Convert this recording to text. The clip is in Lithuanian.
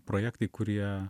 projektai kurie